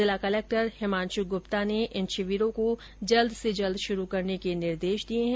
जिला कलेक्टर हिमांश गुप्ता ने इन शिविरो को जल्द से जल्द शुरू करने के निर्देश दिये है